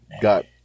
got